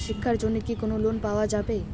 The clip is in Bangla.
শিক্ষার জন্যে কি কোনো লোন পাওয়া যাবে?